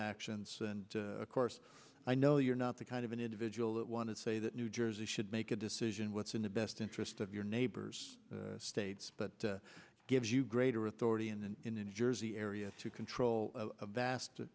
actions and of course i know you're not the kind of an individual that want to say that new jersey should make a decision what's in the best interest of your neighbors states but gives you greater authority in the in the new jersey area to control a vast